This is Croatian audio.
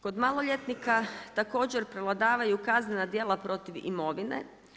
Kod maloljetnika također prevladavaju kaznena djela protiv imovine.